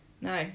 No